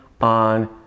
on